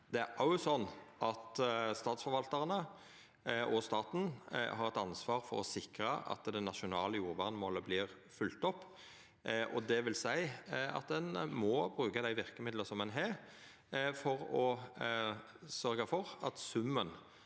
er det òg sånn at statsforvaltarane og staten har eit ansvar for å sikra at det nasjonale jordvernmålet vert følgt opp. Det vil seia at ein må bruka dei verkemidla ein har for å sørgja for at summen